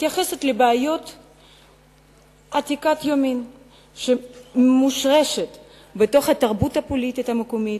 מתייחסת לבעיה עתיקת יומין שמושרשת בתרבות הפוליטית המקומית,